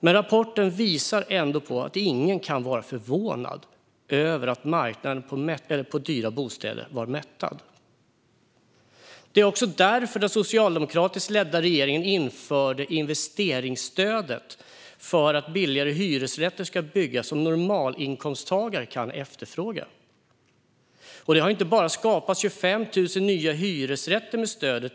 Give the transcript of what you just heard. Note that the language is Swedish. Men rapporten visar ändå på att ingen kan vara förvånad över att marknaden på dyra bostäder var mättad. Det var också därför den socialdemokratiskt ledda regeringen införde investeringsstödet - för att billigare hyresrätter som normalinkomsttagare kan efterfråga skulle byggas. Det har inte bara skapats 25 000 nya hyresrätter med stödet.